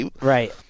Right